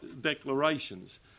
declarations